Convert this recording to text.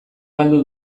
galdu